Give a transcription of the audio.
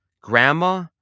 grandma